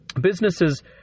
businesses